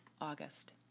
August